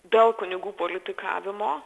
dėl kunigų politikavimo